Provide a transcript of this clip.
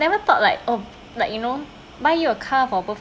never thought like oh like you know buy you a car for birthday